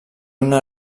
una